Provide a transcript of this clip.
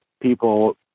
people